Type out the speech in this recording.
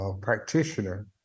practitioner